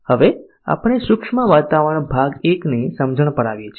હવે આપણે સૂક્ષ્મ વાતાવરણ ભાગ 1 ની સમજણ પર આવીએ છીએ